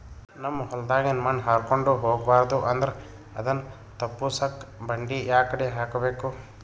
ನಮ್ ಹೊಲದಾಗಿನ ಮಣ್ ಹಾರ್ಕೊಂಡು ಹೋಗಬಾರದು ಅಂದ್ರ ಅದನ್ನ ತಪ್ಪುಸಕ್ಕ ಬಂಡಿ ಯಾಕಡಿ ಹಾಕಬೇಕು?